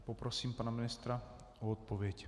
Poprosím pana ministra o odpověď.